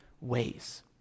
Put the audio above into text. ways